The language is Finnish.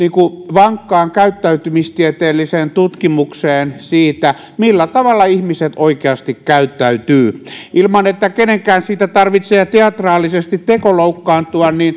vankkaan käyttäytymistieteelliseen tutkimukseen siitä millä tavalla ihmiset oikeasti käyttäytyvät ilman että kenenkään siitä tarvitsee teatraalisesti tekoloukkaantua